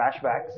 flashbacks